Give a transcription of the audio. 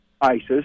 ISIS